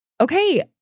Okay